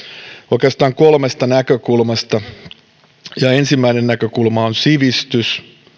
oikeastaan kolmesta näkökulmasta ensimmäinen näkökulma on sivistys